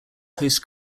host